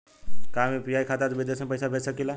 का हम यू.पी.आई खाता से विदेश में पइसा भेज सकिला?